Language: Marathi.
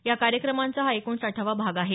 या कार्यक्रमाचा हा एकोणासाठावा भाग आहे